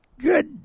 good